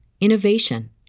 innovation